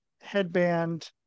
headband